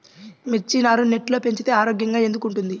మిర్చి నారు నెట్లో పెంచితే ఆరోగ్యంగా ఎందుకు ఉంటుంది?